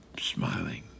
smiling